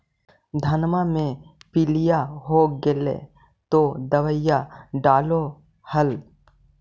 धनमा मे पीलिया हो गेल तो दबैया डालो हल?